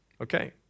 Okay